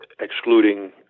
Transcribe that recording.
excluding